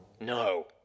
No